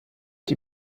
die